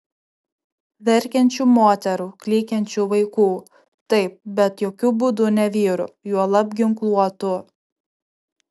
verkiančių moterų klykiančių vaikų taip bet jokiu būdu ne vyrų juolab ginkluotų